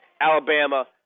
Alabama